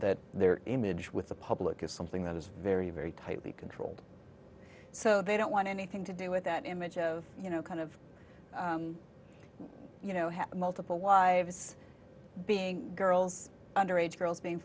that their image with the public is something that is very very tightly controlled so they don't want anything to do with that image of you know kind of you know have multiple wives being girls underage girls